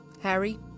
Harry